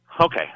Okay